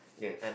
yes